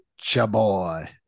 Chaboy